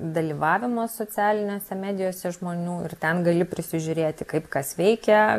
dalyvavimas socialinėse medijose žmonių ir ten gali prisižiūrėti kaip kas veikia